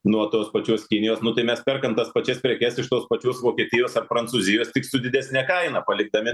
nuo tos pačios kinijos nu tai mes perkam tas pačias prekes iš tos pačios vokietijos ar prancūzijos tik su didesne kaina palikdami